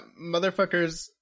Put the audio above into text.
Motherfuckers